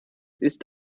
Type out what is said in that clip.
ist